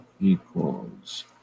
equals